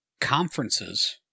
Conferences